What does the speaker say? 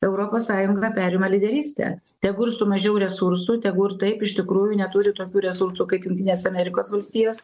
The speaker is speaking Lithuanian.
europos sąjunga perima lyderystę tegu ir su mažiau resursų tegu ir taip iš tikrųjų neturi tokių resursų kaip jungtinės amerikos valstijos